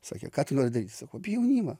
sakė ką tu nori daryti sakau apie jaunimą